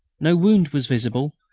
no wound was visible,